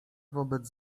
wobec